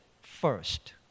first